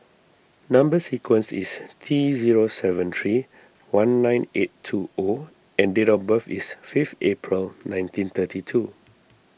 Number Sequence is T zero seven three one nine eight two O and date of birth is fifth April nineteen thirty two